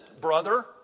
brother